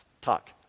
talk